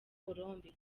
colombe